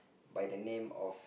by the name of